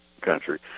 country